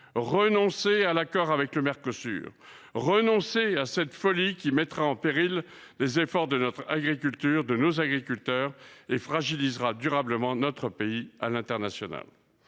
renoncez à l’accord avec le Mercosur, à cette folie qui mettra en péril les efforts de nos agriculteurs et fragilisera durablement notre pays à l’international